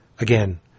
Again